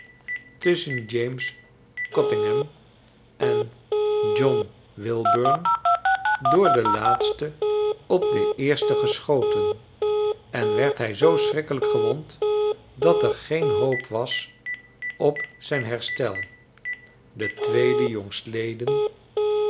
tusschen james cottingham en john wilburn door den laatsten op den eersten geschoten en werd hij zoo schrikkelijk gewond dat er geen hoop was op zijn herstel den